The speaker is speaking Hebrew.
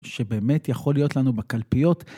שבאמת יכול להיות לנו בקלפיות.